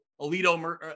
Alito